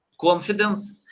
confidence